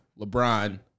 LeBron